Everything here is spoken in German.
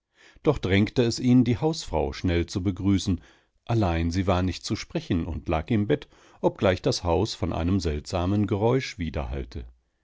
doch drängte es ihn die hausfrau schnell zu begrüßen allein sie war nicht zu sprechen und lag im bett obgleich das haus von einem seltsamen geräusch